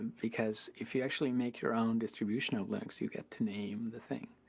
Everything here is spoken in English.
because if you actually make your own distribution of linux you get to name the thing.